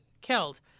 killed